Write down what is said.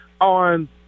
on